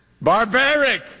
Barbaric